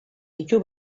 ditu